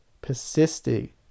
Persisting